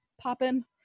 popping